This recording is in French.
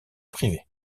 privé